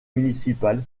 municipal